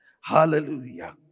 Hallelujah